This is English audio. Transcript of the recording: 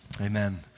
amen